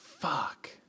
fuck